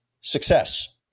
success